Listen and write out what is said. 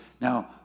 Now